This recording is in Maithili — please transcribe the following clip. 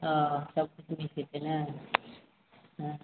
अऽ सबकिछु नीके छै नइ हँ